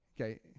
Okay